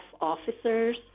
officers